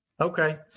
Okay